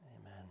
amen